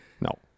No